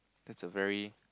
that's a very